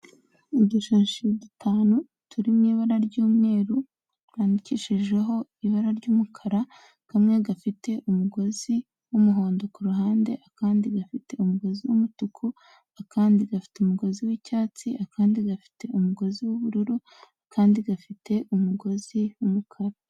Udushashi dutanu turi mu ibara ry'umweru twandikishijeho ibara ry'umukara kamwe gafite umugozi w'umuhondo ku ruhande, akandi gafite umugozi w'umutuku, akandi gafite umugozi w'icyatsi, akandi gafite umugozi w'ubururu, akandi gafite umugozi w'umukara.